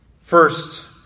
First